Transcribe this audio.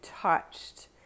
touched